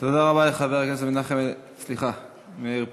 תודה רבה לחבר הכנסת מאיר פרוש.